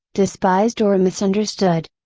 despised or misunderstood.